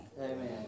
Amen